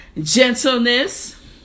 gentleness